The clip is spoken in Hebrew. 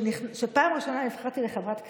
כשבפעם הראשונה נבחרתי לחברת כנסת,